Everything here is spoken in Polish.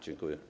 Dziękuję.